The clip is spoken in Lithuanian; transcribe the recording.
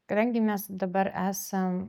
kadangi mes dabar esam